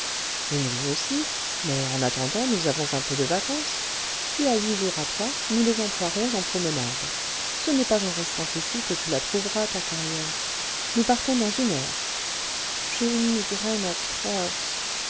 et nous aussi mais en attendant nous avons un peu de vacances tu as huit jours à toi nous les emploierons en promenades ce n'est pas en restant ici que tu la trouveras ta carrière nous partons dans une heure j'ai une migraine atroce